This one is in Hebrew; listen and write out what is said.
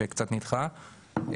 שקצת נדחה,